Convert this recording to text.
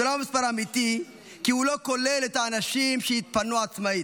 זה לא המספר האמיתי כי הוא לא כולל את האנשים שהתפנו עצמאית,